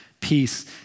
peace